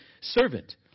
servant